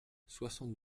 soixante